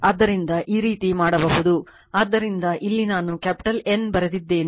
ಆದ್ದರಿಂದ ಈ ರೀತಿ ಮಾಡಬಹುದು ಆದ್ದರಿಂದ ಇಲ್ಲಿ ನಾನು ಕ್ಯಾಪಿಟಲ್ N ಬರೆದಿದ್ದೇನೆ